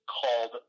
called